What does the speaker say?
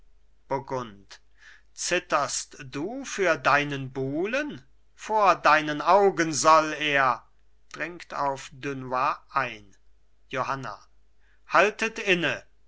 burgund zitterst du für deinen buhlen vor deinen augen soll er dringt auf dunois ein johanna haltet inne